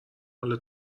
حالا